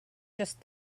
just